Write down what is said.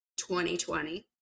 2020